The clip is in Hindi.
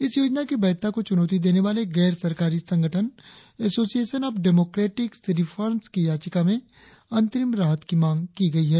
इस योजना की वैधता को चुनौती देने वाले गैर सरकारी संगठन एसोसिएशन ऑफ डेमोक्रेटिक रिफोेम्स की याचिका में अंतरिम राहत की मांग की गई है